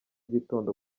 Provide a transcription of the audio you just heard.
gitondo